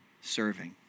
serving